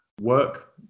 work